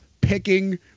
picking